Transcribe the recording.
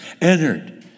entered